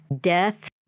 death